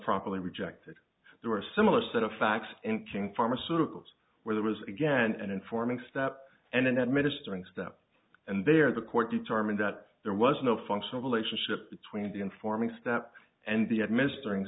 properly rejected there were a similar set of facts in king pharmaceuticals where there was again and informing step and in administering step and there the court determined that there was no functional relationship between the informing step and the administering